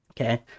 Okay